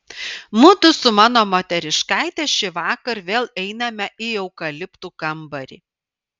mudu su mano moteriškaite šįvakar vėl einame į eukaliptų kambarį